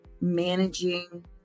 managing